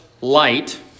light